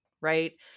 right